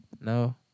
No